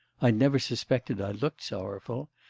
i never suspected i looked sorrowful.